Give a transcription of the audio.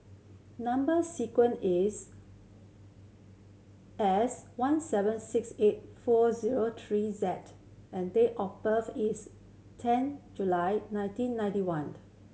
number sequence is S one seven six eight four zero three Z and date of birth is ten July nineteen ninety one